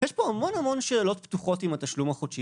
יש פה המון שאלות פתוחות עם התשלום החודשי